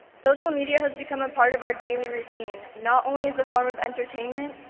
social media has become a part of our daily routine. not only as a form of entertainment,